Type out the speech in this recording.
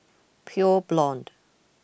Pure Blonde